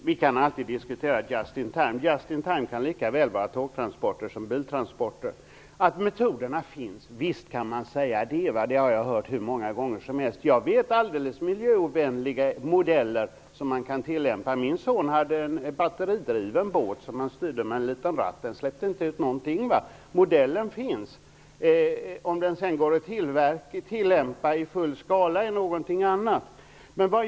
Herr talman! Vi kan alltid diskutera just-in-timemetoden. Den kan lika väl gälla tåg som biltransporter. Visst kan man säga att metoderna finns - det har jag hört hur många gånger som helst. Jag känner till alldeles miljövänliga modeller som man kan tillämpa. Min son hade en batteridriven båt som man styrde med en liten ratt. Den släppte inte ut någonting. Modellen finns - om den sedan går att tillverka i full skala är en annan fråga.